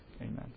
Amen